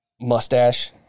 mustache